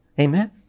amen